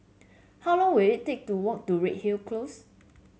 how long will it take to walk to Redhill Close